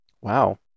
wow